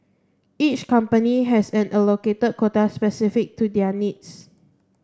each company has an allocated quota specific to their needs